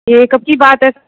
ये कब की बात है सर